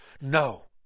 No